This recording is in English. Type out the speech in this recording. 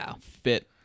fit